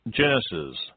Genesis